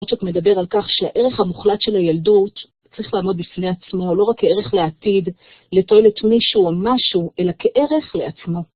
מדבר על כך שהערך המוחלט של הילדות צריך לעמוד בפני עצמו, לא רק כערך לעתיד, לתועלת את מישהו או משהו, אלא כערך לעצמו.